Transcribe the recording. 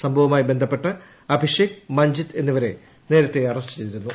സംഭവവുമായി ബന്ധപ്പെട്ട് അഭിഷേക് മഞ്ജിത് എന്നിവരെ നേരത്തെ അറസ്റ്റ് ചെയ്തിരുന്നു